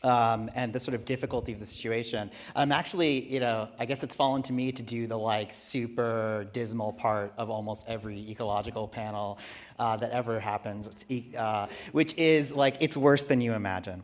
and this sort of difficulty of the situation i'm actually you know i guess it's fallen to me to do the like super dismal part of almost every ecological panel that ever happens which is like it's worse than you imagine